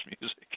music